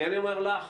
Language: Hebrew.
כי אני אומר לך,